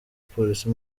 polisi